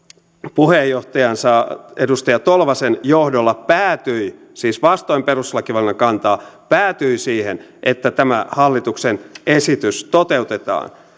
puheenjohtajansa edustaja tolvasen johdolla päätyi siis vastoin perustuslakivaliokunnan kantaa siihen että tämä hallituksen esitys toteutetaan